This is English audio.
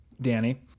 Danny